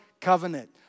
covenant